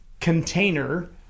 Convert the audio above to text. container